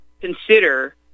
consider